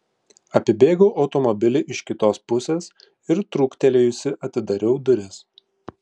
apibėgau automobilį iš kitos pusės ir trūktelėjusi atidariau duris